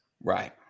Right